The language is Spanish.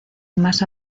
más